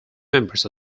members